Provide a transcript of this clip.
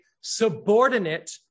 subordinate